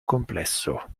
complesso